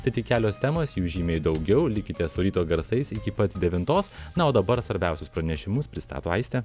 tai tik kelios temos juk žymiai daugiau likite su ryto garsais iki pat devintos na o dabar svarbiausius pranešimus pristato aistė